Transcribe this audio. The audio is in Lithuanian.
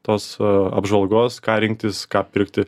tos apžvalgos ką rinktis ką pirkti